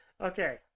Okay